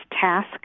task